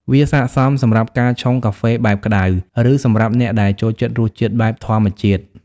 វាស័ក្ដិសមសម្រាប់ការឆុងកាហ្វេបែបក្តៅ ឬសម្រាប់អ្នកដែលចូលចិត្តរសជាតិបែបធម្មជាតិ។